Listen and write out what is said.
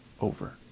over